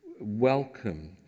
Welcome